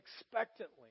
expectantly